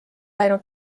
läinud